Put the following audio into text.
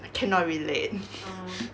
I cannot relate